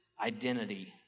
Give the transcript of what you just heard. identity